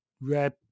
red